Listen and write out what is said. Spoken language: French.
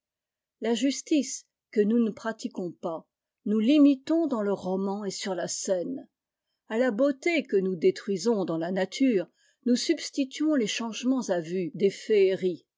la justice que nous ne pratiquons pas nous l'imitons dans le roman et sur la scène à la beauté que nous détruisons dans la nature nous substituons les changements à vue des féeries